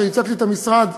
ייצגתי את המשרד,